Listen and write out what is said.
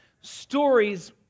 stories